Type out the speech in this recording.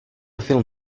film